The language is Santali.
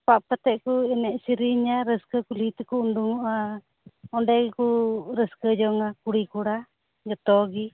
ᱥᱟᱯᱟᱵ ᱠᱟᱛᱮᱫ ᱠᱚ ᱮᱱᱮᱡ ᱥᱤᱨᱤᱧᱟ ᱨᱟᱹᱥᱠᱟᱹ ᱠᱩᱞᱦᱤ ᱛᱮᱠᱚ ᱩᱰᱩᱝᱚᱜᱼᱟ ᱚᱸᱰᱮ ᱜᱮᱠᱚ ᱨᱟᱹᱥᱠᱟᱹ ᱡᱚᱝᱟ ᱠᱩᱲᱤ ᱠᱚᱲᱟ ᱡᱚᱛᱚ ᱜᱮ